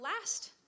last